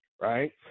Right